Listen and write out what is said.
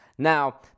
Now